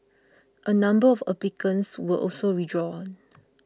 a number of applicants were also withdrawn